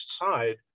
side